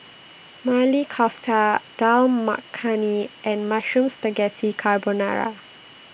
Maili Kofta Dal Makhani and Mushroom Spaghetti Carbonara